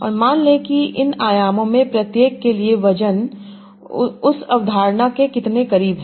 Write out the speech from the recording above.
और मान लें कि इन आयामों में प्रत्येक के लिए वजन उस अवधारणा के कितने करीब है